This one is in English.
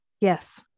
Yes